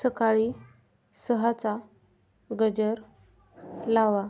सकाळी सहाचा गजर लावा